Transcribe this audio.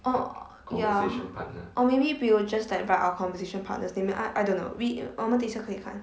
oh ya or maybe we will just like that write our conversation partners they may ah I don't know we 我们等一下可以看